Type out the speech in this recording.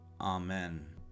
Amen